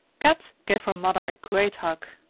kat gave her mother a great hug.